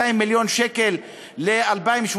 200 מיליון שקל ל-2018,